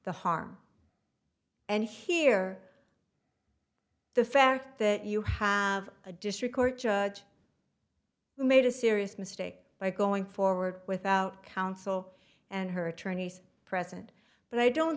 the harm and here the fact that you have a district court judge made a serious mistake by going forward without counsel and her attorneys present but i don't